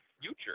future